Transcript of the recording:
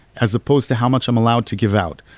as opposed to how much i'm allowed to give out.